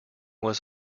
was